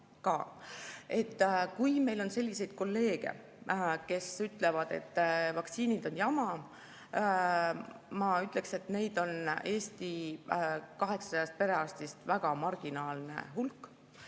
Kui meil on selliseid kolleege, kes ütlevad, et vaktsiinid on jama, siis ma ütleksin, et neid on Eesti 800 perearsti hulgas väga marginaalne hulk.